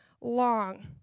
long